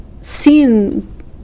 seen